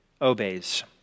obeys